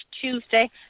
Tuesday